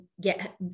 get